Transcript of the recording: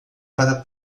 para